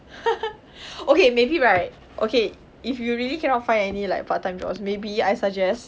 okay maybe right okay if you really cannot find any like part time jobs maybe I suggest